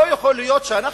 לא יכול להיות שאנחנו,